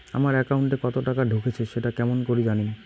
আমার একাউন্টে কতো টাকা ঢুকেছে সেটা কি রকম করি জানিম?